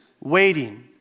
waiting